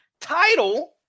title